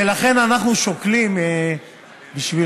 ולכן אנחנו שוקלים בשבילכם,